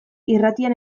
irratian